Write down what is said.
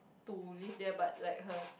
to live there but like her